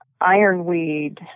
ironweed